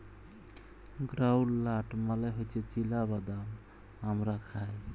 গেরাউলড লাট মালে হছে চিলা বাদাম আমরা খায়